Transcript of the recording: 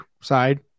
side